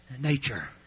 nature